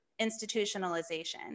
institutionalization